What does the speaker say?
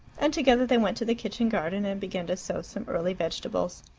and together they went to the kitchen garden and began to sow some early vegetables.